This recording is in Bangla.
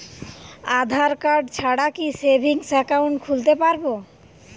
আধারকার্ড ছাড়া কি সেভিংস একাউন্ট খুলতে পারব?